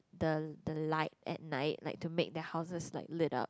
the the light at night like to make their houses like lit up